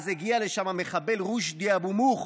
שאז הגיע לשם המחבל רושדי אבו מוך,